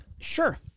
sure